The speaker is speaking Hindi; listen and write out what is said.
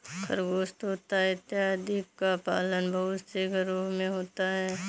खरगोश तोता इत्यादि का पालन बहुत से घरों में होता है